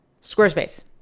Squarespace